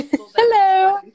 Hello